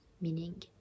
meaning